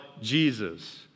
Jesus